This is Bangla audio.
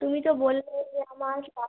তুমি তো বললে যে আমার সাত